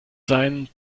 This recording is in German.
sein